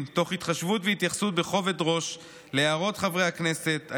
תוך התחשבות והתייחסות בכובד ראש להערות חברי הכנסת,